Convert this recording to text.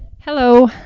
Hello